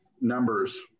numbers